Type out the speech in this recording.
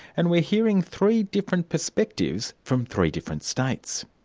and we're hearing three different perspectives from three different states.